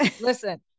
Listen